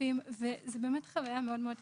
וצפצופים וזאת חוויה מאוד מאוד קשה.